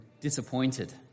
disappointed